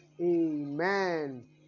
Amen